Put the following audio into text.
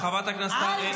חברת הכנסת.